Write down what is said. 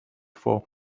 for